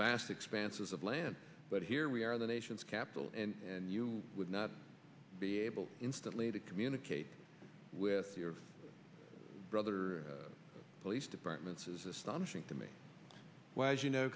vast expanses of land but here we are in the nation's capital and you would not be able instantly to communicate with your brother police departments is astonishing to me well as you know